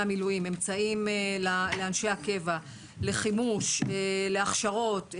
המילואים; אמצעים לאנשי הקבע; לחימוש; להכשרות;